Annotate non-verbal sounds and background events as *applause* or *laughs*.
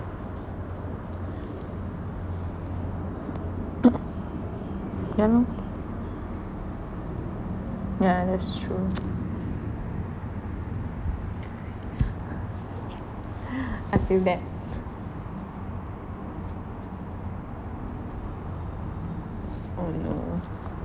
*noise* ya lor yeah that's true *laughs* I feel that oh no